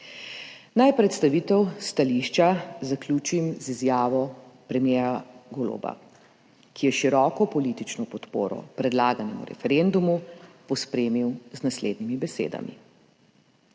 Naj predstavitev stališča zaključim z izjavo premierja Goloba, ki je široko politično podporo predlaganemu referendumu pospremil z naslednjimi besedami: